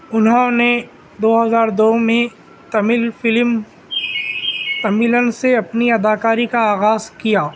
انہوں نے دو ہزار دو میں تمل فلم تملن سے اپنی اداکاری کا آغاز کیا